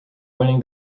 winning